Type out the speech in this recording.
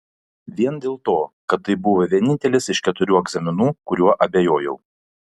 vien dėl to kad tai buvo vienintelis iš keturių egzaminų kuriuo abejojau